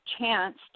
chance